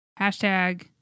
Hashtag